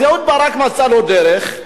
אז אהוד ברק מצא לו דרך,